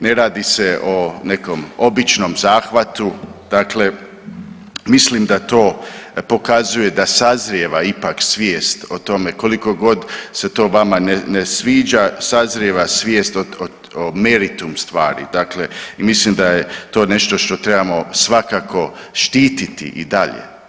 Ne radi se o nekom običnom zahvatu, dakle mislim da to pokazuje da sazrijeva ipak svijet o tome kolikogod se to vama ne sviđa, sazrijeva svijest o meritum stvari i mislim da je to nešto što trebamo svakako štititi i dalje.